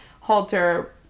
halter